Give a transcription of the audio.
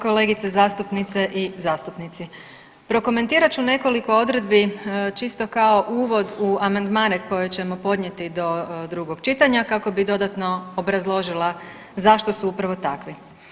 Kolegice zastupnice i zastupnici, prokomentirat ću nekoliko odredbi čisto kao uvod u amandmane koje ćemo podnijeti do drugog čitanja, kako bi dodatno obrazložila zašto su upravo takvi.